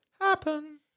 Happen